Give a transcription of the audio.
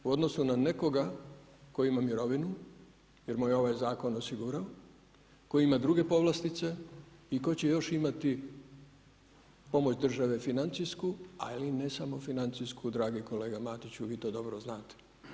U odnosu na nekkoga tko ima mirovinu, jer mu je ovaj zakon osigurao, koji ima druge povlastice i tko će još imati pomoć države financijsku, a i ne samo financijsku, dragi kolega Matiću i vi to dobro znate.